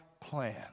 plan